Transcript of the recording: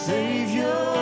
Savior